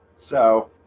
so